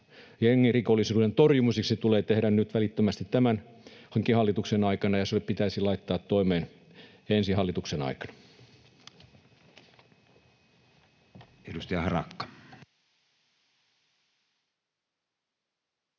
jengirikollisuuden torjumiseksi tulee tehdä nyt välittömästi tämän hallituksen aikana ja se pitäisi laittaa toimeen ensi hallituksen aikana.